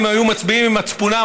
אם היו מצביעים עם מצפונם,